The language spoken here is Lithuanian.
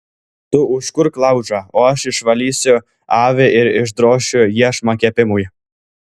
tu užkurk laužą o aš išvalysiu avį ir išdrošiu iešmą kepimui